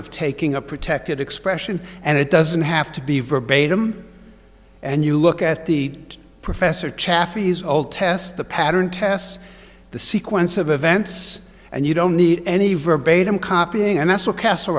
of taking a protected expression and it doesn't have to be verbatim and you look at the professor chafee's old test the pattern test the sequence of events and you don't need any verbatim copying and that's where castle